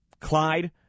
Clyde